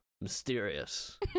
mysterious